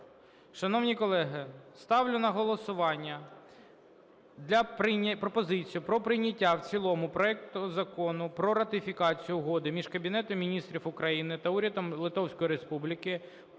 Шановні колеги, ставлю на голосування пропозицію про прийняття в цілому проекту Закону про ратифікацію Угоди між Кабінетом Міністрів України та Урядом Литовської Республіки